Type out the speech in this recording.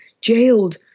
jailed